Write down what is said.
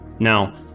Now